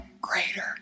greater